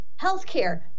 healthcare